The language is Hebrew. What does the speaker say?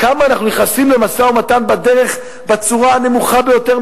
כמה אנחנו נכנסים למשא-ומתן בצורה הנמוכה ביותר,